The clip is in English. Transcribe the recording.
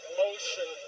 motion